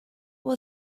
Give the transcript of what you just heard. will